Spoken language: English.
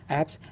apps